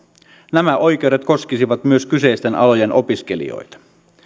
nämä oikeudet koskisivat myös kyseisten alojen opiskelijoita